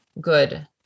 good